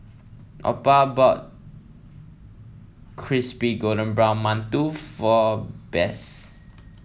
Opal bought Crispy Golden Brown Mantou for Bess